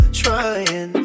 trying